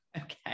Okay